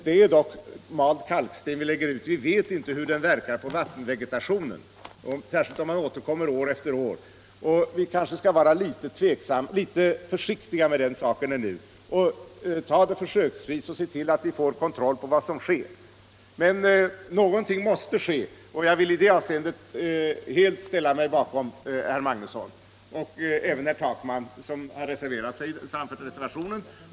Det är dock mald kalksten som vi lägger ut, och vi vet inte hur den verkar på vattenvegetationen, särskilt om kalken återkommer år efter år. Vi bör därför vara litet försiktiga med den saken ännu och ta det försöksvis och samtidigt se till att vi får kontroll på vad som sker. Någonting måste emellertid ske. Jag vill i det avseendet helt ställa mig bakom herr Magnusson i Kristinehamn, och även herr Takman, som reserverat sig i utskottet.